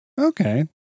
Okay